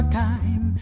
time